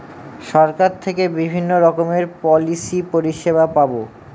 সরকার থেকে বিভিন্ন রকমের পলিসি পরিষেবা পাবো